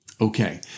Okay